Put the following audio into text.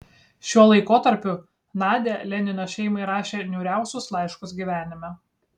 šiuo laikotarpiu nadia lenino šeimai rašė niūriausius laiškus gyvenime